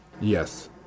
Yes